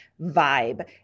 vibe